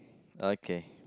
okay